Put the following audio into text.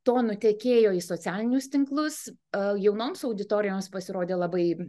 to nutekėjo į socialinius tinklus o jaunoms auditorijoms pasirodė labai